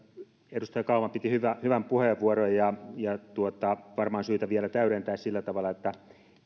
edustaja kauma piti hyvän puheenvuoron varmaan on syytä vielä täydentää sillä tavalla